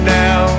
now